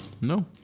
No